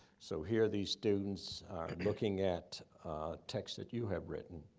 so here, these students are looking at texts that you have written.